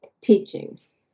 teachings